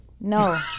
No